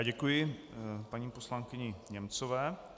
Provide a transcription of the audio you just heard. Děkuji paní poslankyni Němcové.